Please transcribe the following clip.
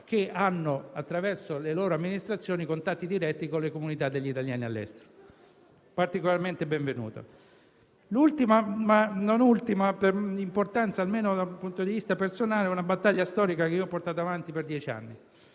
che hanno, attraverso le loro amministrazioni, contatti diretti con le comunità degli italiani all'estero. Questa misura è particolarmente benvenuta. L'ultima - ma non per importanza, almeno dal punto di vista personale - è una battaglia storica che ho portato avanti per dieci anni